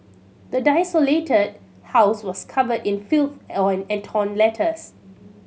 the desolated house was covered in filth and torn letters